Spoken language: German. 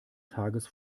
tages